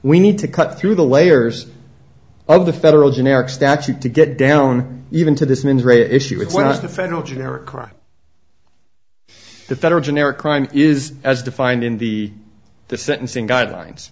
we need to cut through the layers of the federal generic statute to get down even to this means rare issue with the federal generic crime the federal generic crime is as defined in the the sentencing guidelines